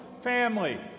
family